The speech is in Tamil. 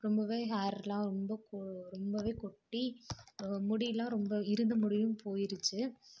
ரொம்பவே ஹேரெலாம் ரொம்ப ரொம்பவே கொட்டி முடியெலாம் ரொம்ப இருந்த முடியும் போயிடுச்சு